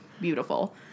beautiful